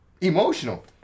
Emotional